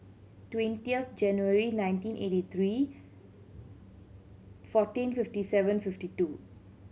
twentieth January nineteen eighty three fourteen fifty seven fifty two